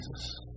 Jesus